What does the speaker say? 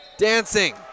Dancing